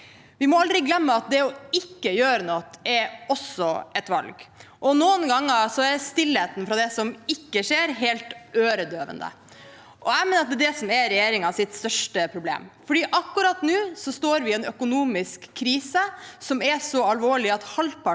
Vi må aldri glemme at å ikke gjøre noe også er et valg, og noen ganger er stillheten fra det som ikke skjer, helt øredøvende. Jeg mener at det er dette som er regjeringens største problem, for akkurat nå står vi i en økonomisk krise som er så alvorlig at halvparten